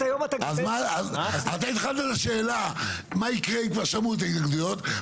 אז אתה התחלת את השאלת במה יקרה אם כבר שמעו את ההתנגדויות,